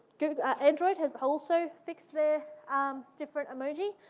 goo android has also fixed their different emoji.